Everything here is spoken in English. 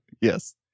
Yes